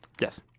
Yes